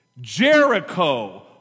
Jericho